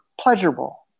pleasurable